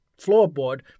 floorboard